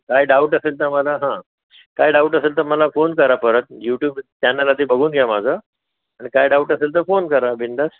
काय डाउट असेल तर मला हां काय डाउट असेल तर मला फोन करा परत युट्यूब चॅनल आधी बघून घ्या माझं आणि काय डाउट असेल तर फोन करा बिनधास्त